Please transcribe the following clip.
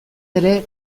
ere